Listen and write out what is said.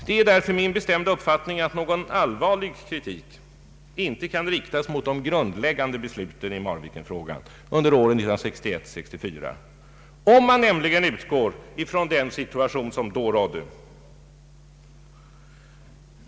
Det är därför min bestämda uppfattning att någon allvarlig kritik icke kan riktas mot de grundläggande besluten i Marvikenfrågan under åren 1961—1964, om man nämligen utgår från den situation som då rådde.